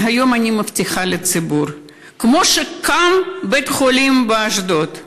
אז היום אני מבטיחה לציבור: כמו שקם בית-חולים באשדוד,